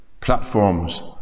platforms